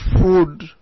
food